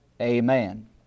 amen